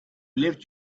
lived